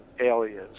Aliens